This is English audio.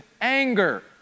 anger